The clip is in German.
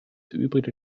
übrige